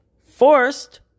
forced